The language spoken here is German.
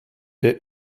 der